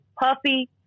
Puffy